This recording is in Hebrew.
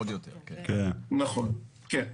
נכון, כן.